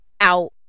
out